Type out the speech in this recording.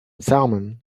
salmon